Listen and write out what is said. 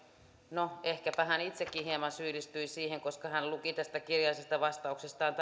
no ehkäpä hän itsekin hieman syyllistyi siihen koska hän luki tästä kirjallisesta vastauksestaan